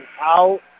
out